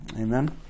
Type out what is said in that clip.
amen